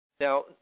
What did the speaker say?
Now